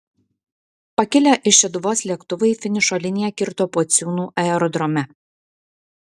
pakilę iš šeduvos lėktuvai finišo liniją kirto pociūnų aerodrome